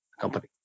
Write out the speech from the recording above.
company